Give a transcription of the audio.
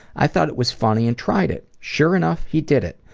i thought it was funny and tried it. sure enough he did it.